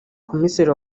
komiseri